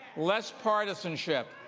less partisanship,